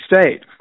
State